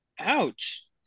Ouch